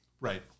Right